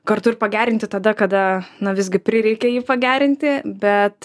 kartu ir pagerinti tada kada na visgi prireikia jį pagerinti bet